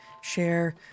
share